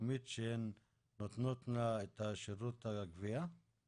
המקומית להחזיק איזו מערכת משלה שהיום אין לה.